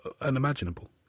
unimaginable